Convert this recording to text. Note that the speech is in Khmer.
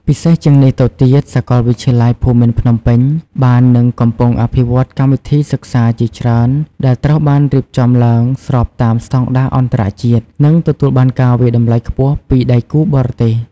ពិសេសជាងនេះទៅទៀត សាកលវិទ្យាល័យភូមិន្ទភ្នំពេញ បាននិងកំពុងអភិវឌ្ឍកម្មវិធីសិក្សាជាច្រើនដែលត្រូវបានរៀបចំឡើងស្របតាមស្តង់ដារអន្តរជាតិ និងទទួលបានការវាយតម្លៃខ្ពស់ពីដៃគូបរទេស។